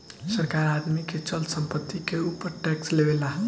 सरकार आदमी के चल संपत्ति के ऊपर टैक्स लेवेला